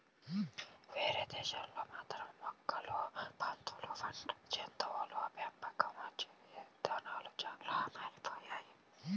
వేరే దేశాల్లో మాత్రం మేకలు, పందులు వంటి జంతువుల పెంపకం ఇదానాలు చానా మారిపోయాయి